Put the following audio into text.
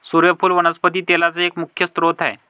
सुर्यफुल वनस्पती तेलाचा एक मुख्य स्त्रोत आहे